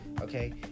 okay